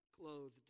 Clothed